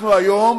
היום